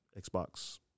Xbox